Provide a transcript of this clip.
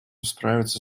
справиться